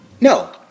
No